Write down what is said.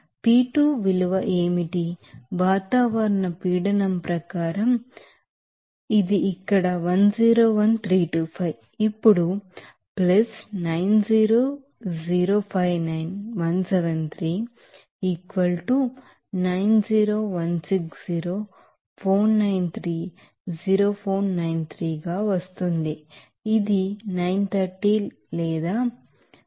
P2 విలువ ఏమిటి atmospheric pressure ప్రకారం ఇది అట్ఠమోస్ఫెరిక్ ప్రెషర్ ఇక్కడ 101325 అప్పుడు 90059173 90160493 0493 గా వస్తుంది ఇది 930 లేదా ఇది ఇక్కడ 8